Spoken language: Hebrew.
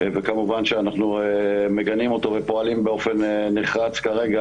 וכמובן שאנחנו מגנים אותו ופועלים באופן נחרץ כרגע